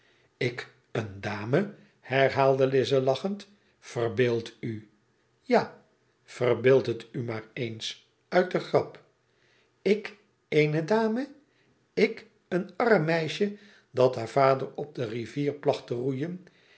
sc een dame herhaalde lize lachend verbeeld u a verbeeld het u maar eens uit de grap ik eene dame ik een arm meisje dat haar vader op de rivier placht te roeien